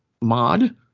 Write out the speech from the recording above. mod